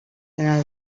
tenen